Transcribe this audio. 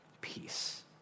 peace